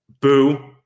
boo